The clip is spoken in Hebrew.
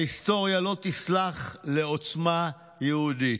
ההיסטוריה לא תסלח לעוצמה יהודית.